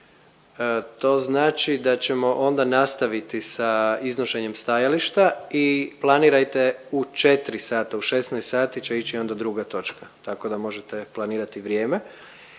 To znači da ćemo onda nastaviti sa iznošenjem stajališta i planirajte u 4 sata, u 16 sati će ići onda druga točka, tako da možete planirati vrijeme.